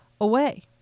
away